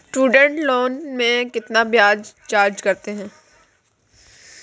Student loan में कितना ब्याज चार्ज करते हैं?